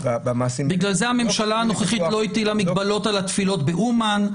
בגלל זה הממשלה הנוכחית לא הטילה מגבלות על התפילות באומן,